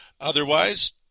Otherwise